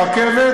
ברכבת,